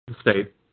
State